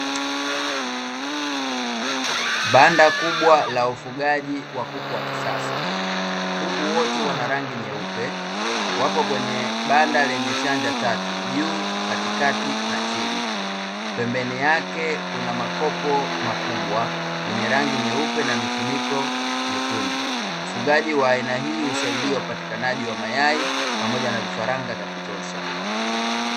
Banda kubwa la ufugaji wa kuku wa kisasa, kuku wote wana rangi nyeupe wako kwenye banda lenye chanja tatu, juu katikati na chini pembeni yake kuna makopo makubwa yenye rangi nyeupe na mifuniko mwekundu. Ufugaji wa aina hii husaidia upatikanaji wa mayai pamoja na vifaranga vya kutosha.